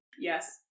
Yes